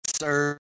sir